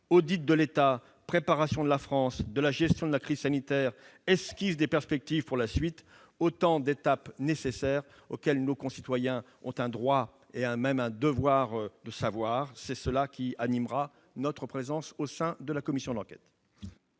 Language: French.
audit de l'État, préparation de la France à la gestion de la crise sanitaire et esquisse des perspectives pour la suite, soit autant d'étapes nécessaires, car nos concitoyens ont le droit et même le devoir de savoir. Cet esprit animera notre présence au sein de la commission d'enquête.